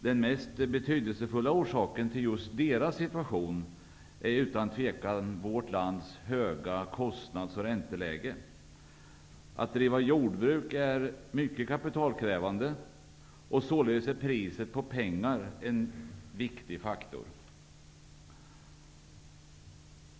Den mest betydelsefulla orsaken till just deras situation är utan tvivel vårt lands höga kostnads och ränteläge. Att driva jordbruk är mycket kapitalkrävande. Således är priset på pengar en viktig faktor.